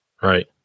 Right